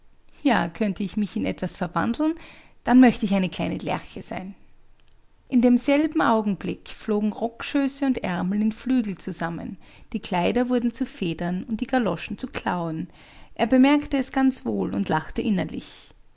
ja könnte ich mich in etwas verwandeln dann möchte ich eine kleine lerche sein in demselben augenblick flogen rockschöße und ärmel in flügel zusammen die kleider wurden zu federn und die galoschen zu klauen er bemerkte es ganz wohl und lachte innerlich